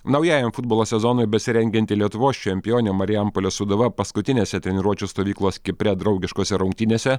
naujajam futbolo sezonui besirengianti lietuvos čempionė marijampolės sūduva paskutinėse treniruočių stovyklos kipre draugiškose rungtynėse